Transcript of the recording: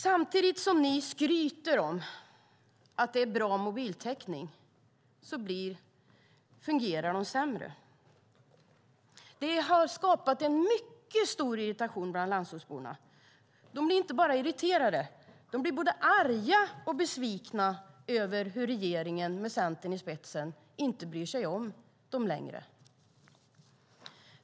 Samtidigt som regeringen skryter om att det finns bra mobiltäckning fungerar den sämre. Detta har skapat mycket stor irritation bland landsortsborna. De är inte bara irriterade, de blir både arga och besvikna över hur regeringen med Centern i spetsen inte bryr sig om dem längre.